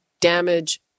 damage